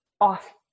off